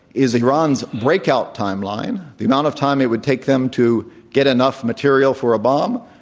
is iran's breakout timeline, the amount of time it would take them to get enough material for a bomb,